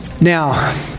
now